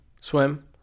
swim